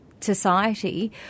society